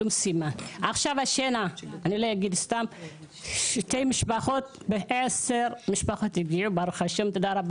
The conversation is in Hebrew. עכשיו יש השנה 12 משפחות הגיעו תודה לאל,